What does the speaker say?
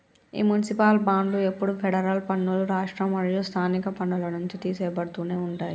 ఈ మునిసిపాల్ బాండ్లు ఎప్పుడు ఫెడరల్ పన్నులు, రాష్ట్ర మరియు స్థానిక పన్నుల నుంచి తీసెయ్యబడుతునే ఉంటాయి